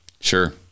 Sure